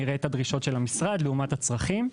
אנחנו נראה את דרישות המשרד לעומת הצרכים.